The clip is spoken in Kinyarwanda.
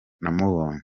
namubonye